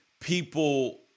people